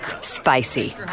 Spicy